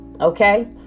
Okay